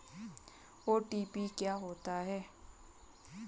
OTP क्या होता है?